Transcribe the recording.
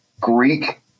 Greek